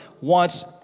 wants